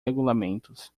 regulamentos